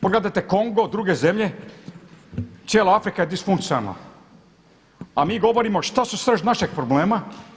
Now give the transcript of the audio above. Pogledajte Kongo druge zemlje, cijela Afrika je disfunkcionalna, a mi govorimo šta su srž našeg problema.